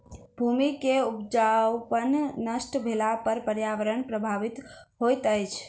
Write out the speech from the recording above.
भूमि के उपजाऊपन नष्ट भेला पर पर्यावरण प्रभावित होइत अछि